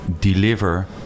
deliver